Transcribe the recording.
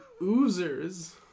oozers